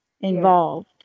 involved